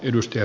kannatan